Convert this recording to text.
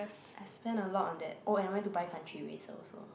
I spend a lot on that oh and I went to buy country eraser also